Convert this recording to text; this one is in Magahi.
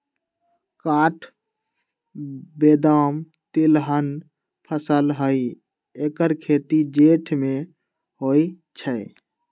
काठ बेदाम तिलहन फसल हई ऐकर खेती जेठ में होइ छइ